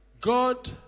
God